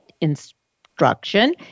instruction